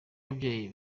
ababyeyi